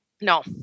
No